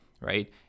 right